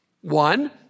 One